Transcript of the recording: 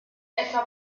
etwa